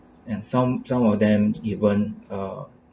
and some some of them even uh